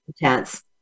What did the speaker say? Intense